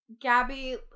Gabby